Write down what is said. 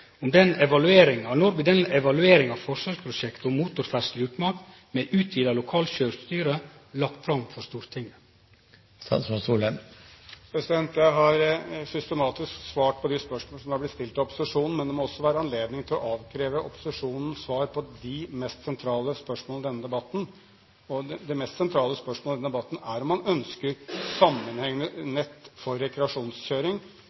om motorferdsel i utmark med utvida lokalt sjølvstyre bli lagd fram for Stortinget? Jeg har systematisk svart på de spørsmål som er blitt stilt fra opposisjonen, men det må også være anledning til å avkreve opposisjonen svar på de mest sentrale spørsmålene i denne debatten. Det mest sentrale spørsmålet i denne debatten er om man ønsker